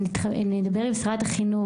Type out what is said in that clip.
נדבר עם שרת החינוך,